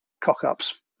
cock-ups